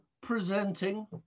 presenting